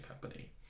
company